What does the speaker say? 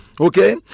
okay